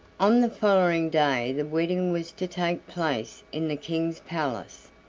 on the following day the wedding was to take place in the king's palace,